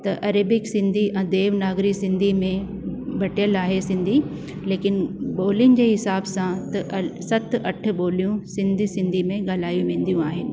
त अरेबिक सिंधी ऐं देवनागरी सिंधी में बटियल आहे सिंधी लेकिन ॿोलियुनि जे हिसाब सां त सत अठ ॿोलियूं सिंधी सिंधी में ॻाल्हायूं वेंदियूं आहिनि